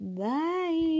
bye